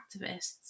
activists